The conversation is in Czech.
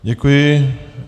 Děkuji.